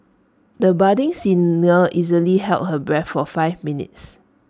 the budding singer easily held her breath for five minutes